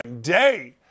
day